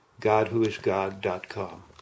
GodWhoIsGod.com